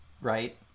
right